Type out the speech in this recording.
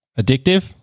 Addictive